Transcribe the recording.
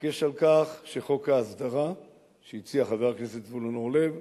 להתעקש על כך שחוק ההסדרה שהציע חבר הכנסת זבולון אורלב,